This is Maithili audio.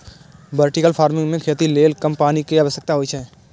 वर्टिकल फार्मिंग मे खेती लेल कम पानि के आवश्यकता होइ छै